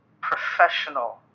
professional